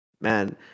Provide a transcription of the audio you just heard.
man